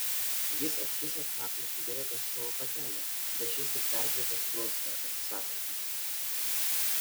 jis atkišo kvapnią cigaretę iš savo pakelio bet šis tik perkreipė skruostą atsisakantis